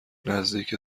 نزدیک